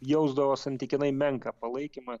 jausdavo santykinai menką palaikymą